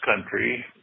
country